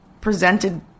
presented